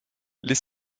les